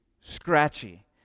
Scratchy